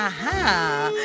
Aha